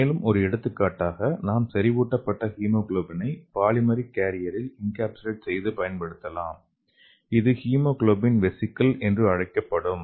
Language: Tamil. மேலும் ஒரு எடுத்துக்காட்டாக நாம் செறிவூட்டப்பட்ட ஹீமோகுளோபினை பாலிமெரிக் கேரியரில் என்கேப்சுலேட் செய்து பயன்படுத்தலாம் இது ஹீமோகுளோபின் வெசிகல் என்று அழைக்கப்படும்